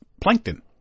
plankton